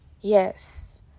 yes